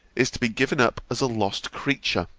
is to be given up as a lost creature!